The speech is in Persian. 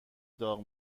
داغ